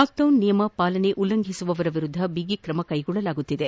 lockdown ನಿಯಮ ಪಾಲನೆ ಉಲ್ಲಂಘಿಸುವವರ ವಿರುದ್ದ ಬಿಗಿ ಕ್ರಮ ಕೈಗೊಳ್ಳಲಾಗುತ್ತಿದೆ